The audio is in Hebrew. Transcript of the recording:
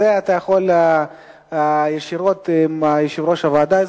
את זה אתה יכול, ישירות עם יושב-ראש הוועדה.